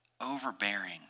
overbearing